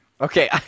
Okay